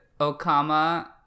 Okama